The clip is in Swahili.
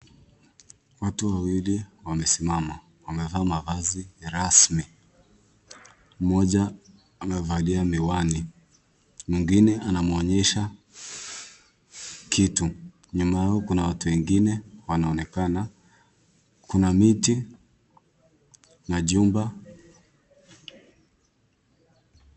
Watu wawili wamesimama, wamevaa mavazi rasmi. Mmoja amevalia miwani, mwingine anamwonyesha kitu. Nyuma yao kuna watu wengine wanaonekana. Kuna miti na jumba.